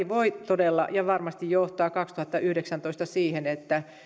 voi todella ja varmasti johtaa kaksituhattayhdeksäntoista siihen että